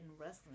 wrestling